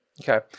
Okay